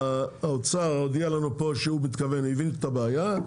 האוצר הודיע לנו פה שהוא הבין את הבעיה,